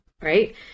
right